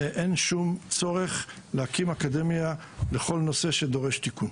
אין שום צורך להקים אקדמיה לכל נושא שדורש תיקון.